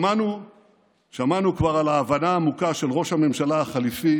שמענו כבר על ההבנה העמוקה של ראש הממשלה החליפי